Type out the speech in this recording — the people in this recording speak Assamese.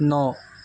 ন